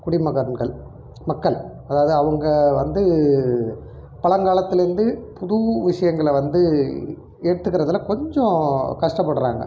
குடிமகன்கள் மக்கள் அதாவது அவங்க வந்து பழங்காலத்துலருந்து புது விஷயங்களை வந்து எடுத்துக்கிறதில் கொஞ்சம் கஷ்டப்படுறாங்க